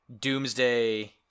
doomsday